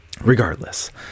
regardless